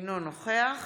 אינו נוכח